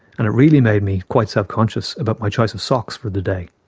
and it really made me quite self-conscious about my choice of socks for the day.